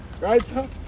Right